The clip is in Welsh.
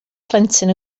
plentyn